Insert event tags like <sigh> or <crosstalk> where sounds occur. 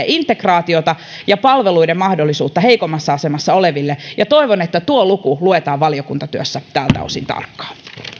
<unintelligible> integraatiota ja palveluiden mahdollisuutta heikommassa asemassa oleville ja toivon että tuo luku luetaan valiokuntatyössä tältä osin tarkkaan